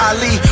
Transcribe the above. Ali